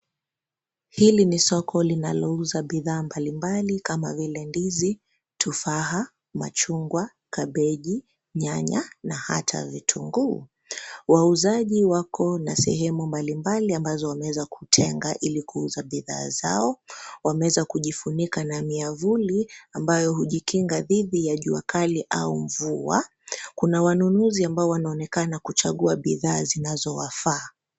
Hili ni soko linalouza bidhaa mbalimbali kama vile ndizi, tufaha, machungwa, kabeji, nyanya na hata vitunguu. Wauzaji wako na sehemu mbalimbali ambazo wameweza kutenga ili kuuza bidhaa zao. Wameweza kujifunika na miavuli ambayo hujikinga dhidi ya jua kali au mvua. Kuna wanunuzi ambao wanaonekana kuchagua bidhaa zinazowafaa.